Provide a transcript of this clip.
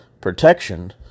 protection